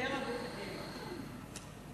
אני קובע שההצעה יורדת מסדר-היום.